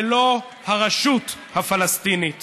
זה לא אחראי שממשלה תוביל אותנו למדינה